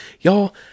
y'all